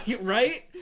Right